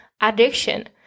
addiction